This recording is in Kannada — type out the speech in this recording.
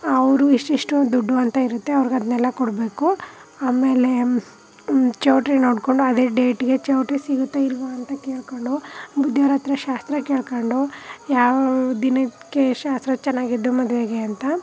ಅವರು ಇಷ್ಟಿಷ್ಟು ದುಡ್ಡು ಅಂತ ಇರುತ್ತೆ ಅವ್ರ್ಗೆ ಅದನ್ನೆಲ್ಲ ಕೊಡಬೇಕು ಆಮೇಲೆ ಚೌಲ್ಟ್ರಿ ನೋಡಿಕೊಂಡು ಅದೇ ಡೇಟಿಗೆ ಚೌಲ್ಟ್ರಿ ಸಿಗುತ್ತೊ ಇಲ್ಲವೋ ಅಂತ ಕೇಳಿಕೊಂಡು ಬುದ್ದಿಯವ್ರ ಹತ್ರ ಶಾಸ್ತ್ರ ಕೇಳ್ಕೊಂಡು ಯಾವ ದಿನಕ್ಕೆ ಶಾಸ್ತ್ರ ಚೆನ್ನಾಗಿದ್ದು ಮದುವೆಗೆ ಅಂತ